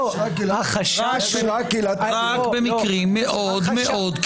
רק במקרים קיצוניים מאוד מאוד.